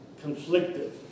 conflicted